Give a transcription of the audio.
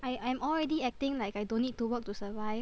I I'm already acting like I don't need to work to survive